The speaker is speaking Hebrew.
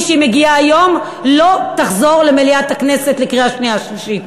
שהיא מגיעה היום לא תחזור למליאת הכנסת לקריאה שנייה ושלישית.